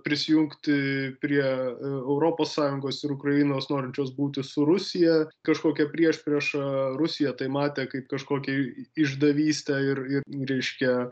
prisijungti prie europos sąjungos ir ukrainos norinčios būti su rusija kažkokia priešprieša rusija tai matė kaip kažkokį išdavystę ir ir reiškia